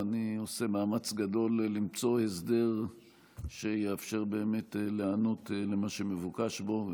ואני עושה מאמץ גדול למצוא הסדר שיאפשר באמת להיענות למה שמבוקש בו,